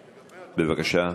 בבקשה.